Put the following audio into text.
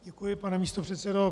Děkuji, pane místopředsedo.